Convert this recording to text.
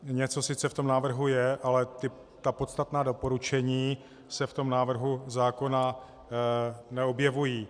Něco sice v tom návrhu je, ale ta podstatná doporučení se v návrhu zákona neobjevují.